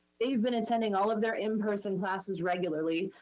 they've been attending all of their in-person classes regularly.